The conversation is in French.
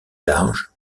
large